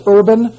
Urban